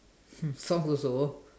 hmm songs also